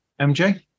mj